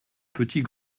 petit